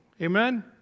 Amen